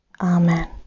Amen